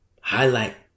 Highlight